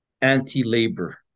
anti-labor